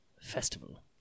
festival